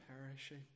perishing